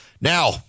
now